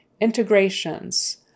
Integrations